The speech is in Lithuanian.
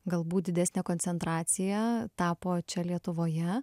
galbūt didesnė koncentracija tapo čia lietuvoje